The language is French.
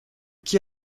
qui